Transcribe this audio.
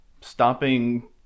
stopping